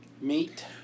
Meat